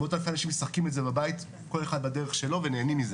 מאות אלפי אנשים משחקים את זה בבית כל אחד בדרך שלו ונהנים מזה,